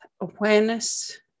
awareness